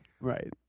Right